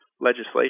legislation